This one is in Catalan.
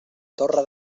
torre